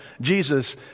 Jesus